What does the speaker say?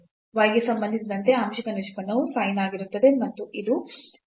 y ಗೆ ಸಂಬಂಧಿಸಿದಂತೆ ಆಂಶಿಕ ನಿಷ್ಪನ್ನವು sin ಆಗಿರುತ್ತದೆ ಮತ್ತು ಇದು ಅಲ್ಲಿ 0 ಆಗುತ್ತದೆ